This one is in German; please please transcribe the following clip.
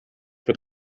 wird